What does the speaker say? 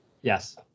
yes